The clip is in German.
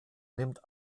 nimmt